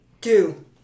two